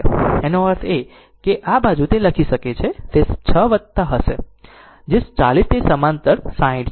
એનો અર્થ એ કે આ બાજુ તે લખી શકે છે તે 6 હશે જે 40 ની સમાંતર 60 છે